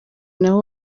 naho